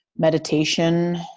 meditation